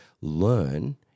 learn